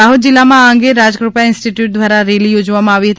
દાહોદ જિલ્લામાં આ અંગે રાજકૃપા ઇન્સ્ટિટ્યુટ દ્વારા રેલી યોજવામાં આવી હતી